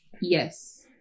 Yes